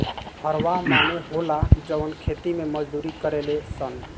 हरवाह माने होला जवन खेती मे मजदूरी करेले सन